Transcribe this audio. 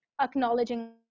acknowledging